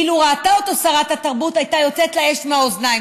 אילו ראתה אותו שרת התרבות הייתה יוצאת לה אש מהאוזניים".